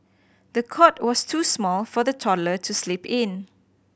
the cot was too small for the toddler to sleep in